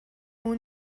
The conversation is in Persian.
اون